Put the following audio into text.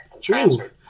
true